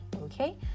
okay